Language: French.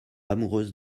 amoureuse